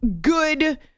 good